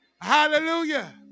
Hallelujah